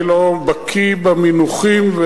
אני לא בקי במינוחים.